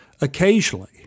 Occasionally